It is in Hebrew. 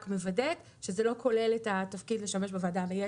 רק מוודאת שזה לא כולל את התפקיד לשמש בוועדה המייעצת.